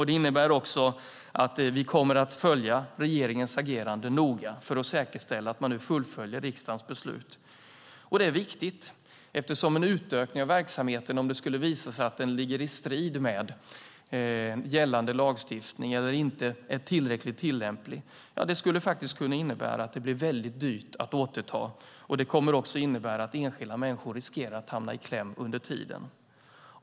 Det innebär också att vi kommer att följa regeringens agerande noga för att säkerställa att man nu fullföljer riksdagens beslut. Det är viktigt eftersom en utökning av verksamheten om det skulle visa sig att den står i strid med gällande lagstiftning eller inte är tillräckligt tillämplig skulle kunna innebära att det blir väldigt dyrt att återta. Det kommer också att innebära att enskilda människor riskerar att hamna i kläm under tiden.